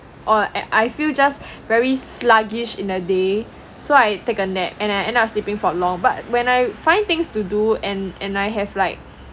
or I feel just very sluggish in a day so I take a nap and I end up sleeping for long but when I find things to do and and I have like